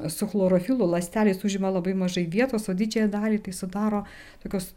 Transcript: su chlorofilu ląstelės užima labai mažai vietos o didžiąją dalį tai sudaro tokios